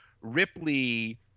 Ripley –